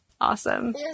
Awesome